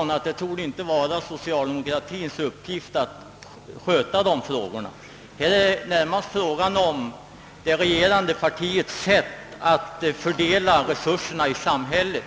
emellertid inte vara socialdemokratiens uppgift att sköta den saken. Här är det närmast fråga om det regerande partiets sätt att fördela resurserna i samhället.